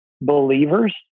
believers